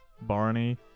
barney